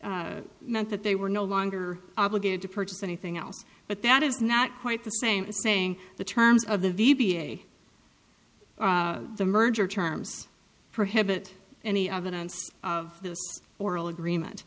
meant that they were no longer obligated to purchase anything else but that is not quite the same as saying the terms of the v b a the merger terms prohibit any evidence of the oral agreement